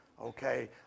Okay